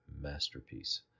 masterpiece